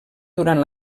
durant